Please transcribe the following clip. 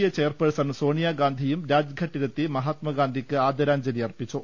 A chairperson Sonia ഗാന്ധിയും രാജ്ഘട്ടിലെത്തി മഹാ ത്മാഗാന്ധിക്ക് ആദരാഞ്ജലി അർപ്പിച്ചു